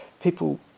people